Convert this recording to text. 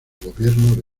gobierno